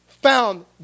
found